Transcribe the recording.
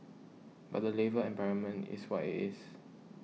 but the labour environment is what it is